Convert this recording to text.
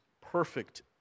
perfect